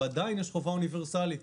עדיין יש חובה אוניברסאלית.